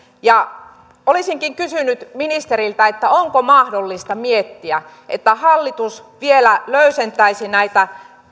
olisinkin kysynyt ministeriltä onko mahdollista miettiä että hallitus vielä löysentäisi näitä